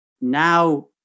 now